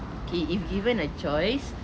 he if given a choice